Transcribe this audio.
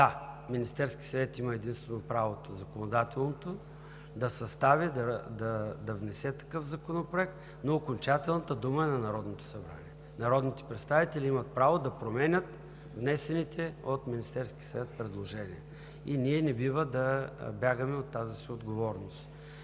Да, Министерският съвет има единствено законодателното право да състави и да внесе такъв законопроект, но окончателната дума е на Народното събрание. Народните представители имат право да променят внесените от Министерския съвет предложения и ние не бива да бягаме от тази си отговорност.